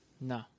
No